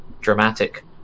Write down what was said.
dramatic